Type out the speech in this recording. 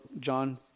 John